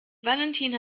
valentin